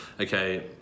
okay